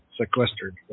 sequestered